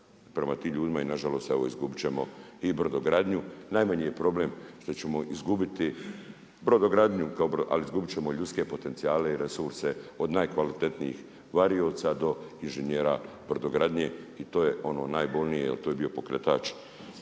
prema tim ljudima. I nažalost, evo izgubiti ćemo i brodogradnju. Najmanji je problem što ćemo izgubiti brodogradnju, ali izgubiti ćemo i ljudske potencijale i resurse od najkvalitetnijih varioca do inženjera brodogradnje. I to je ono najbolnije jer to je bio pokretač,